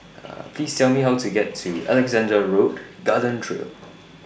Please Tell Me How to get to Alexandra Road Garden Trail